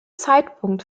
zeitpunkt